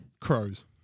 Crows